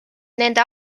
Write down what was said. nende